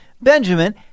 Benjamin